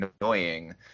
annoying